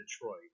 Detroit